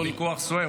יש לך ויכוח סוער,